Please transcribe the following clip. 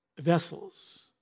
vessels